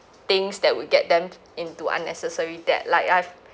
things that will get them t~ into unnecessary debt like I've